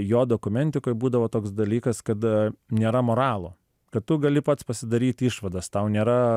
jo dokumentikoj būdavo toks dalykas kad nėra moralo kad tu gali pats pasidaryti išvadas tau nėra